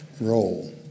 role